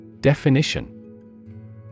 Definition